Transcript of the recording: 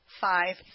five